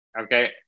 Okay